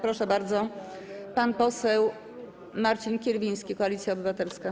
Proszę bardzo, pan poseł Marcin Kierwiński, Koalicja Obywatelska.